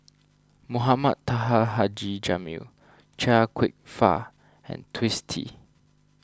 Mohamed Taha Haji Jamil Chia Kwek Fah and Twisstii